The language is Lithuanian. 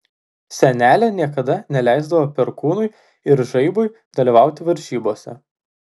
senelė niekada neleisdavo perkūnui ir žaibui dalyvauti varžybose